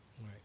Right